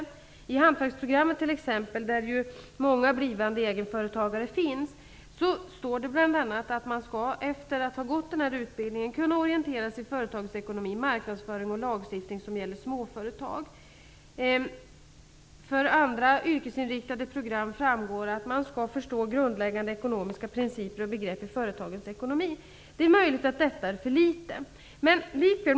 I målen för hantverksprogrammet, där ju många blivande egenföretagare finns, står det bl.a. att man efter att ha gått utbildningen skall kunna orientera sig i företagsekonomi, marknadsföring och lagstiftning som gäller småföretag. Av målen för andra yrkesinriktade program framgår att man skall förstå grundläggande ekonomiska principer och begrepp i företagens ekonomi. Det är möjligt att detta är för litet.